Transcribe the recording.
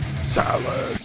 salad